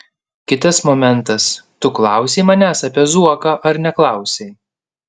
kitas momentas tu klausei manęs apie zuoką ar neklausei